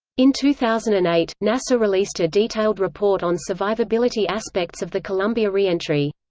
in two thousand and eight, nasa released a detailed report on survivability aspects of the columbia reentry.